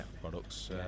products